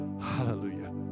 hallelujah